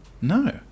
No